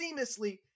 seamlessly